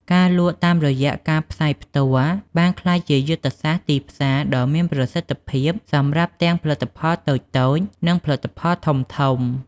ការលក់តាមរយៈការផ្សាយផ្ទាល់បានក្លាយជាយុទ្ធសាស្ត្រទីផ្សារដ៏មានប្រសិទ្ធភាពសម្រាប់ទាំងផលិតផលតូចៗនិងផលិតផលធំៗ។